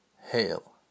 hail